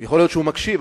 יכול להיות שהוא שומע,